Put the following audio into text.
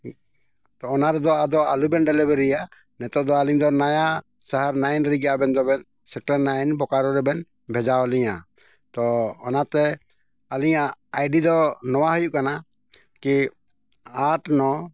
ᱛᱚ ᱚᱱᱟ ᱨᱮᱫᱚ ᱟᱫᱚ ᱟᱞᱚᱵᱮᱱ ᱰᱮᱞᱤᱵᱷᱟᱨᱤᱭᱟ ᱱᱤᱛᱳᱜ ᱫᱚ ᱟᱹᱞᱤᱧ ᱫᱚ ᱱᱟᱣᱟ ᱥᱟᱦᱟᱨ ᱱᱟᱭᱤᱱ ᱨᱮᱜᱮ ᱟᱹᱵᱮᱱ ᱫᱚᱵᱮᱱ ᱥᱮᱠᱴᱚᱨ ᱱᱟᱭᱤᱱ ᱵᱳᱠᱟᱨᱳ ᱨᱮᱵᱮᱱ ᱵᱷᱮᱡᱟᱣᱟᱞᱤᱧᱟᱹ ᱛᱚ ᱚᱱᱟᱛᱮ ᱟᱹᱞᱤᱧᱟᱜ ᱟᱭᱰᱤ ᱫᱚ ᱱᱚᱣᱟ ᱦᱩᱭᱩᱜ ᱠᱟᱱᱟ ᱠᱤ ᱟᱴ ᱱᱚ